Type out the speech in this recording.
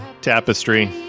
Tapestry